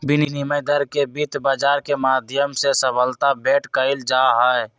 विनिमय दर के वित्त बाजार के माध्यम से सबलता भेंट कइल जाहई